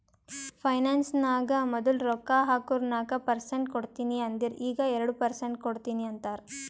finance ನಾಗ್ ಮದುಲ್ ರೊಕ್ಕಾ ಹಾಕುರ್ ನಾಕ್ ಪರ್ಸೆಂಟ್ ಕೊಡ್ತೀನಿ ಅಂದಿರು ಈಗ್ ಎರಡು ಪರ್ಸೆಂಟ್ ಕೊಡ್ತೀನಿ ಅಂತಾರ್